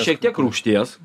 šiek tiek rūgšties